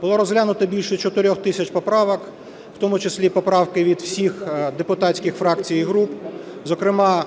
Було розглянуто більше 4 тисяч поправок, в тому числі і поправки від всіх депутатських фракцій і груп. Зокрема,